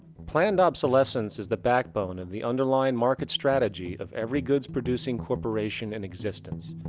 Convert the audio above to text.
planned obsolescence is the backbone of the underlying market strategy of every goods producing corporation in existence.